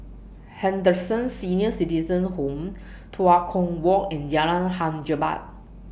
Henderson Senior Citizens' Home Tua Kong Walk and Jalan Hang Jebat